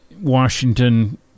Washington